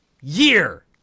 year